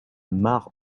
mare